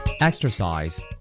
Exercise